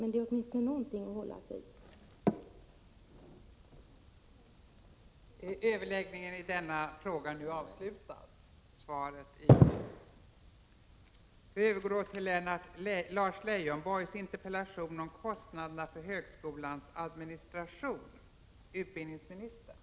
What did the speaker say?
Men det är åtminstone någonting att hålla sig till.